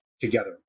together